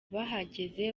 bahageze